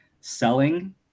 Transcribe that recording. selling